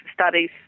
studies